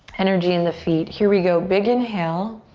energy in the feet, here we go. big inhale.